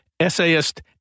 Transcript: essayist